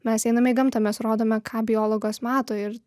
mes einame į gamtą mes rodome ką biologos mato ir